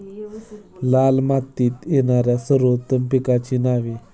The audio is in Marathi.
लाल मातीत येणाऱ्या सर्वोत्तम पिकांची नावे?